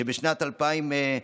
שבשנת 2008